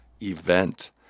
event